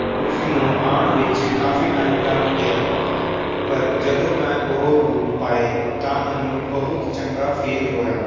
ਉਸ ਨੂੁੰ ਆਉਣ ਵਿੱਚ ਕਾਫੀ ਟਾਈਮ ਲੱਗ ਗਿਆ ਪਰ ਜਦੋਂ ਮੈਂ ਉਹ ਬੂਟ ਪਾਏ ਤਾਂ ਮੈਨੂੰ ਬਹੁਤ ਚੰਗਾ ਫੀਲ ਹੋਇਆ